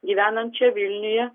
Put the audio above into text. gyvenančią vilniuje